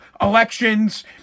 elections